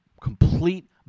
complete